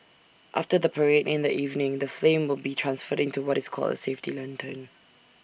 after the parade in the evening the flame will be transferred into what is called A safety lantern